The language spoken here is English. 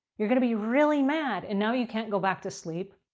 you're going to be really mad and now you can't go back to sleep.